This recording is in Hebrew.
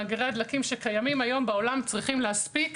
מאדרי הדלקים שקיימים היום בעולם צריכים להספיק